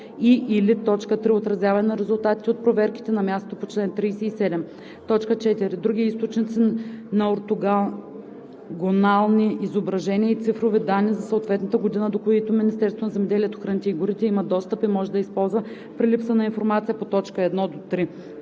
и/или 3. отразяване на резултатите от проверките на място по чл. 37; 4. други източници на ортогонални изображения и цифрови данни за съответната година, до които Министерството на земеделието, храните и горите има достъп и може да използва при липса на информация по т. 1 – 3.“